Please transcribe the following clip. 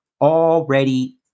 already